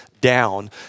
down